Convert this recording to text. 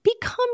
become